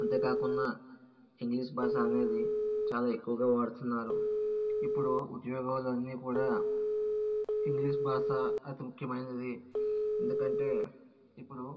అంతేకాకున్న English భాష అనేది చాల ఎక్కువుగా వాడుతున్నారు ఇప్పుడు ఉద్యోగాలు అన్నీ కూడా ఇంగ్లీష్ భాష అతి ముఖ్యమైనది ఎందుకంటే ఇప్పుడు